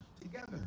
together